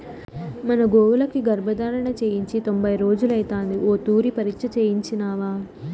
మన గోవులకి గర్భధారణ చేయించి తొంభై రోజులైతాంది ఓ తూరి పరీచ్ఛ చేయించినావా